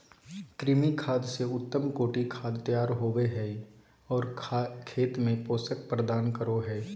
कृमि खाद से उत्तम कोटि खाद तैयार होबो हइ और खेत में पोषक प्रदान करो हइ